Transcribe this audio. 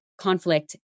Conflict